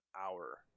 hour